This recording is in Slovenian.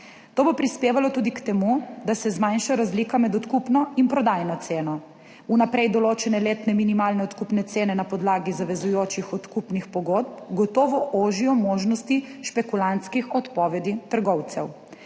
To bo prispevalo tudi k temu, da se zmanjša razlika med odkupno in prodajno ceno. Vnaprej določene letne minimalne odkupne cene na podlagi zavezujočih odkupnih pogodb gotovo ožijo možnosti špekulantskih odpovedi trgovcev.